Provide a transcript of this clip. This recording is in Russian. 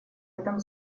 этом